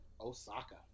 Osaka